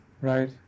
right